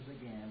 again